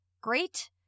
great